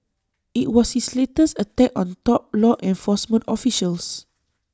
IT was his latest attack on top law enforcement officials